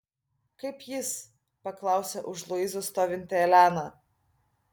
kaip jis paklausė už luizos stovinti elena